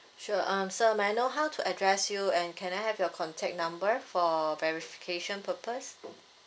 sure um sir may I know how to address you and can I have your contact number for verification purpose